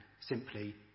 Simply